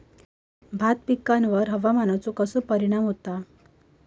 भात पिकांर हवामानाचो कसो परिणाम होता?